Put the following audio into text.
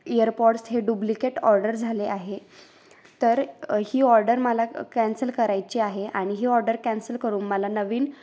EarPods हे duplicate order झाले आहे तर ही ऑर्डर मला कॅन्सल करायची आहे आणि ही ऑर्डर कॅन्सल करून मला नवीन